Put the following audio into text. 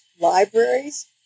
libraries